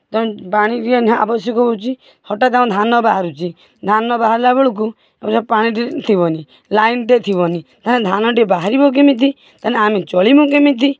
ତ ଆବଶ୍ୟକ ହେଉଛି ହଟାତ୍ ଧାନ ବାହାରୁଛି ଧାନ ବାହାରିଲା ବେଳକୁ ପାଣିଟେ ଥିବନି ଲାଇନଟେ ଥିବନି ଧାନଟେ ବାହାରିବ କେମିତି ତାହେଲେ ଆମେ ଚଳିମୁ କେମିତି